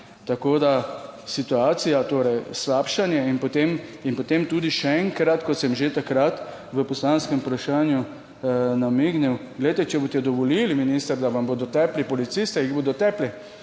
Tako da situacija torej slabšanje in potem tudi še enkrat kot sem že takrat v poslanskem vprašanju namignil, glejte, če boste dovolili minister, da vam bodo tepli policiste, jih bodo tepli